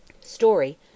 Story